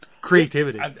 creativity